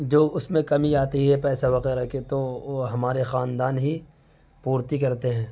جو اس میں کمی آتی ہے پیسہ وغیرہ کی تو وہ ہمارے خاندان ہی پورتی کرتے ہیں